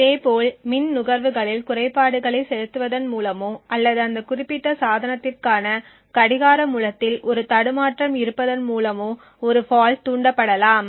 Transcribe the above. இதேபோல் மின் நுகர்வுகளில் குறைபாடுகளை செலுத்துவதன் மூலமோ அல்லது அந்த குறிப்பிட்ட சாதனத்திற்கான கடிகார மூலத்தில் ஒரு தடுமாற்றம் இருப்பதன் மூலமோ ஒரு ஃபால்ட் தூண்டப்படலாம்